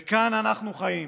ו"כאן אנחנו חיים,